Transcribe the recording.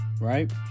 right